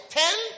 ten